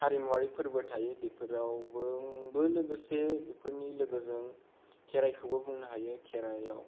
हारिमुवारि फोरबो थायो बेफोरावबोबो लोगोसे बेफोरनि लोगोजों खेराइखौबो बुंनो हायो खेराइयाव